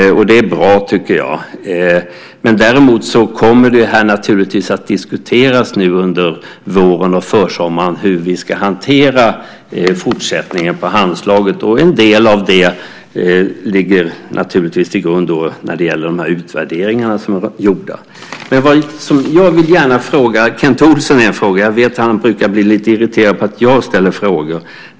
Det är bra, tycker jag. Däremot kommer det naturligtvis att diskuteras nu under våren och försommaren hur vi ska hantera fortsättningen på Handslaget. En del av det ligger till grund för de utvärderingar som är gjorda. Jag vill gärna ställa en fråga till Kent Olsson. Jag vet att han brukar bli lite irriterad på att jag ställer frågor.